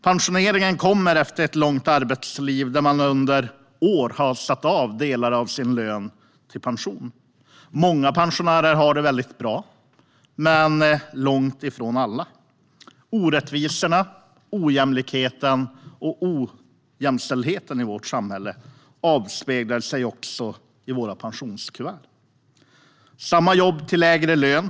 Pensionering kommer efter ett långt arbetsliv, där man under åren har satt av delar av lönen till pension. Många pensionärer har det väldigt bra, men långt ifrån alla. Orättvisorna, ojämlikheten och ojämställdheten i vårt samhälle avspeglar sig också i våra pensionskuvert. Det är samma jobb till lägre lön.